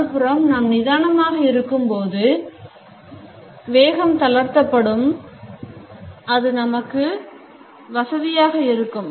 மறுபுறம் நாம் நிதானமாக இருக்கும் போது வேகம் தளர்த்தப்படும் அது நமக்கு வசதியாக இருக்கும்